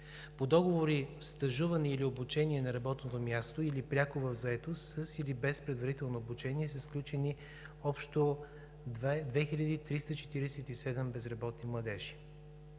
По договори „Стажуване“ или „Обучение на работното място“, или пряко в „Заетост“ с или без предварително обучение са включени общо 2347 безработни младежи.